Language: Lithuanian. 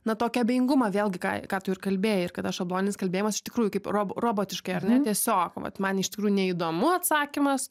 na tokį abejingumą vėlgi ką ką tu ir kalbėjai ir kad tas šabloninis kalbėjimas iš tikrųjų kaip rob robotiškai ar ne tiesiog vat man iš tikrųjų neįdomu atsakymas